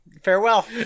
Farewell